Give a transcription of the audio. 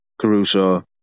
Caruso